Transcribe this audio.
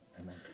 Amen